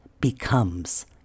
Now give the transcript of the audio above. becomes